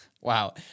Wow